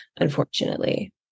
unfortunately